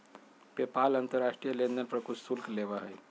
PayPal अंतर्राष्ट्रीय लेनदेन पर कुछ शुल्क लेबा हई